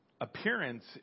Appearance